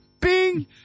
Bing